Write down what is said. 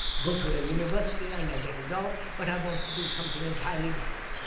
go to ah university and i get a job, but i want to do something entirely